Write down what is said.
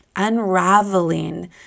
Unraveling